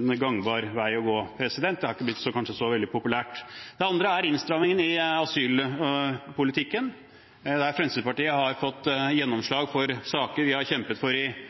en gangbar vei å gå – det hadde kanskje ikke blitt så veldig populært. Det andre er innstramningen i asylpolitikken, der Fremskrittspartiet har fått gjennomslag for saker vi har kjempet for i